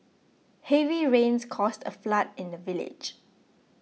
heavy rains caused a flood in the village